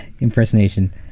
impersonation